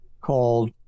called